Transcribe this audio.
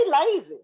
lazy